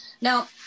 Now